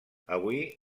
avui